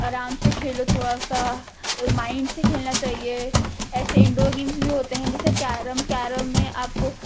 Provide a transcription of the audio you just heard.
آرام سے کھیلو تھوڑا سا مائنڈ سے کھیلنا چاہیے ایسے انڈور گیمز بھی ہوتے ہیں جیسے کیرم کیرم میں آپ کو